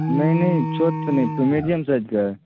नैनी छोट कनी सन मेडियम साइजके अछि